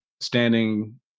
standing